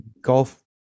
golf